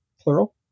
plural